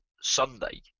Sunday